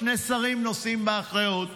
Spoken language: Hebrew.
שני שרים נושאים באחריות: